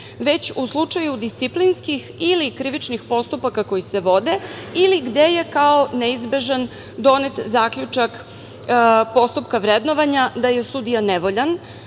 već u slučaju disciplinskih ili krivičnih postupaka, koji se vode ili gde je kao neizbežan donet zaključak postupka vrednovanja da je sudija nevoljan,